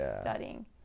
studying